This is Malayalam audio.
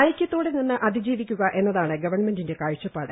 ഐക്യത്തോടെ നിന്ന് അതിജീവിക്കുക എന്നതാണ് ഗവൺമെന്റിന്റെ കാഴ്ചപ്പാട്